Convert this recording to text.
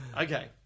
okay